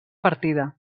partida